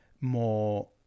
more